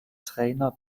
trainer